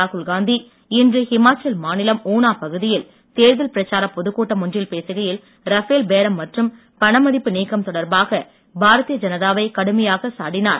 ராகுல் காந்தி இன்று ஹிமாச்சல் மாநிலம் ஊனா பகுதியில் தேர்தல் பிரச்சாரப் பொதுக்கூட்டம் ஒன்றில் பேசுகையில் ரஃபேல் பேரம் மற்றும் பணமதிப்பு நீக்கம் தொடர்பாக பாரதிய ஜனதா வை கடுமையாக சாடினார்